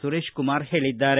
ಸುರೇಶ್ ಕುಮಾರ್ ಹೇಳಿದ್ದಾರೆ